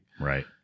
right